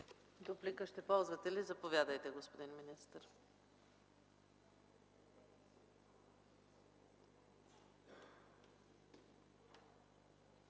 Дуплика ще ползвате ли? Заповядайте, господин министър.